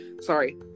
sorry